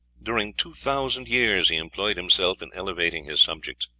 during two thousand years he employed himself in elevating his subjects.